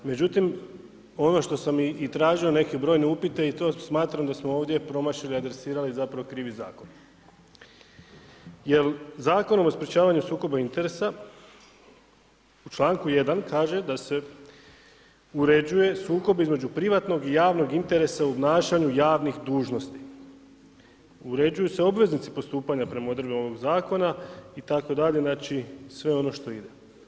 Međutim ono što sam i tražio neke brojne upite i to smatram da smo ovdje promašili i adresirali krivi zakon jel Zakonom o sprečavanju sukoba interesa u članku 1. kaže da se uređuje sukob između privatnog i javnog interesa u obnašanju javnih dužnosti, uređuju se obveznici postupanja prema odredbama ovog zakona itd., znači sve ono što ide.